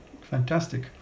Fantastic